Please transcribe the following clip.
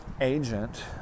agent